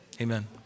Amen